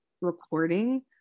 recording